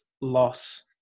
loss